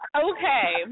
Okay